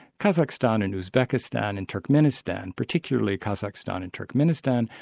kazakhstan and uzbekistan and turkmenistan, particularly kazakhstan and turkmenistan,